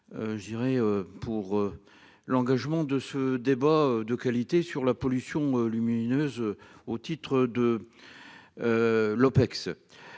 pour. L'engagement de ce débat de qualité sur la pollution lumineuse au titre de.